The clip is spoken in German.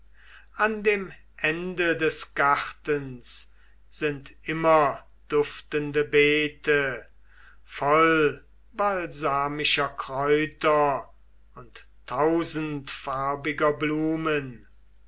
an dem ende des gartens sind immerduftende beete voll balsamischer kräuter und tausendfarbiger blumen